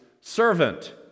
servant